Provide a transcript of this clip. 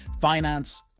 finance